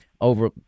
over